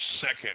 second